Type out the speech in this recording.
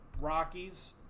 Rockies